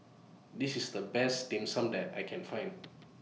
This IS The Best Dim Sum that I Can Find